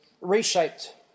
reshaped